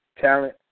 talent